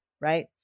Right